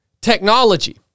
technology